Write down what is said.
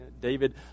David